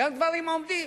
גם דברים עומדים.